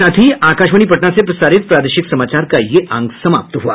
इसके साथ ही आकाशवाणी पटना से प्रसारित प्रादेशिक समाचार का ये अंक समाप्त हुआ